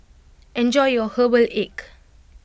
enjoy your Herbal Egg